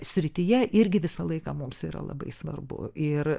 srityje irgi visą laiką mums yra labai svarbu ir